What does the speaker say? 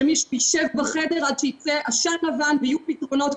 שמישהו יישב בחדר עד שייצא עשן לבן ושיהיו פתרונות,